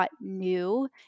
new